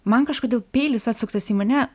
man kažkodėl peilis atsuktas į mane